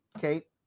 Kate